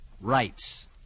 rights